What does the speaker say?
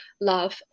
love